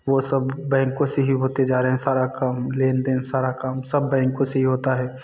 वह सब बैंकों से ही होते जा रहे हैं सारा काम लेन देन सारा काम सब बैंकों से ही होता है